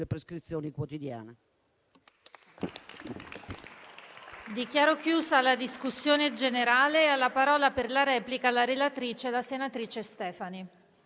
prescrizioni quotidiane.